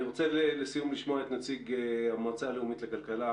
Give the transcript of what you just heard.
לסיום אני רוצה לשמוע את נציג המועצה הלאומית לכלכלה,